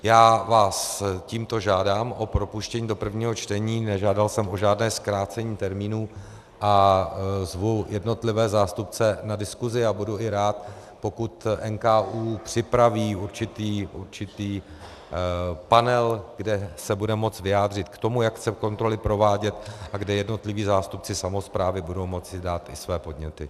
Já vás tímto žádám o propuštění do prvního čtení, nežádal jsem o žádné zkrácení termínů a zvu jednotlivé zástupce na diskuzi a budu i rád, pokud NKÚ připraví určitý panel, kde se budeme moci vyjádřit k tomu, jak chce kontroly provádět, a kde jednotliví zástupci samosprávy budou moci dát i své podněty.